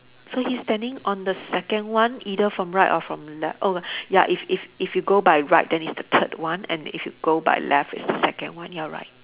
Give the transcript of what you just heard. so he's standing on the second one either from right or from le~ oh ya if if if you go by right then it's the third one and if you go by left it's the second one you're right